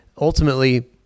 ultimately